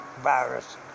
Virus